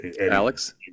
Alex